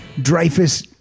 Dreyfus